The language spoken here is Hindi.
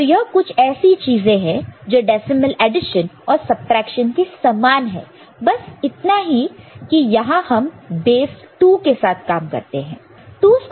तो यह कुछ ऐसी चीजें हैं जो डेसिमल एडिशन और सबट्रैक्शन के समान है बस इतना है कि यहां हम बेस 2 के साथ काम करते हैं